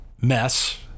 mess